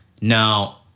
Now